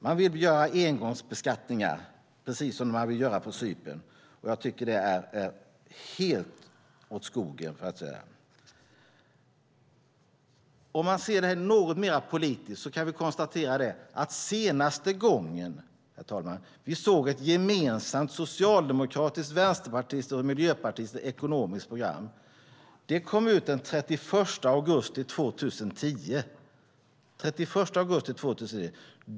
Man vill genomföra engångbeskattningar, precis som man vill göra på Cypern, och jag tycker att det är helt åt skogen. Om vi ser detta något mer politiskt kan vi konstatera att det senaste gemensamma socialdemokratiska, vänsterpartistiska och miljöpartistiska ekonomiska programmet kom ut den 31 augusti 2010.